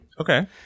Okay